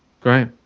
great